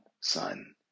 son